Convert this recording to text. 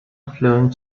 fluent